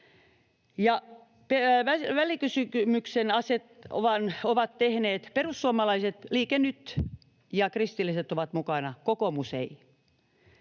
Välikysymyksen ovat tehneet perussuomalaiset, Liike Nyt ja kristilliset — nämä ovat mukana, kokoomus ei.